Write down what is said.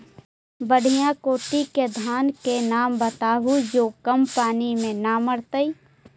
बढ़िया कोटि के धान के नाम बताहु जो कम पानी में न मरतइ?